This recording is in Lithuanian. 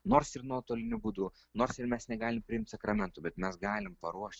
nors ir nuotoliniu būdu nors ir mes negalim priimt sakramentų bet mes galim paruošt